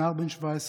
נער בן 17,